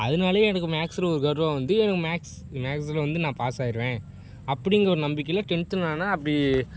அதனாலேயே எனக்கு மேக்ஸில் ஒரு கர்வம் வந்து எனக்கு மேக்ஸ் மேக்ஸில் வந்து நான் பாஸாகிருவேன் அப்படிங்கிற ஒரு நம்பிக்கையில் டென்த்தில் நான் அப்படி